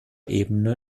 ebene